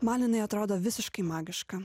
man jinai atrodo visiškai magiška